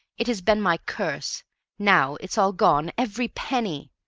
it has been my curse now it's all gone every penny!